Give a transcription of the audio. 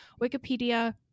Wikipedia